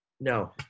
No